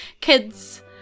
kids